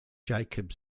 jacob